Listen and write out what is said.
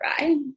right